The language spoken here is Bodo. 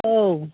औ